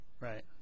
right